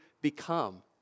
become